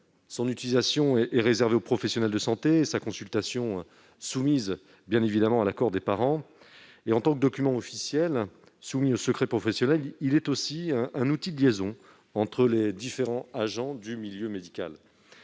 Son utilisation est réservée aux professionnels de santé et sa consultation soumise à l'accord des parents. En tant que document officiel soumis au secret professionnel, il est un outil de liaison entre les différents agents du milieu médical.